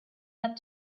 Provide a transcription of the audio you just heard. had